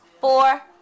four